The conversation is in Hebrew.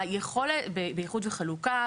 היכולת באיחוד וחלוקה,